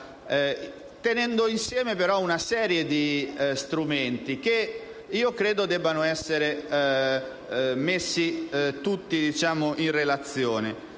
tenendo insieme una serie di strumenti, che credo debbano essere messi tutti in relazione.